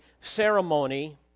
ceremony